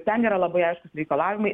ten yra labai aiškūs reikalavimai